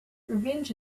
revenge